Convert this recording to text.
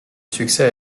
succès